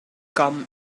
come